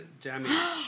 damage